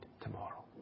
tomorrow